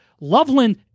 Loveland